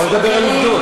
בוא נדבר על עובדות,